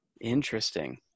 interesting